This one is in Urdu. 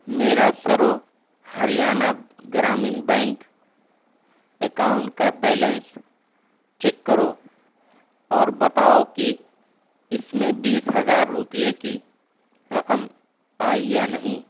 میرا سرو ہریانہ گرامین بینک اکاؤنٹ کا بیلنس چیک کرو اور بتاؤ کہ اس میں بیس ہزار روپیے کی رقم آئی یا نہیں